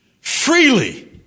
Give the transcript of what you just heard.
freely